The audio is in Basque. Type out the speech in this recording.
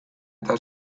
eta